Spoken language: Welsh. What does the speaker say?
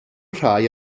rhai